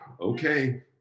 okay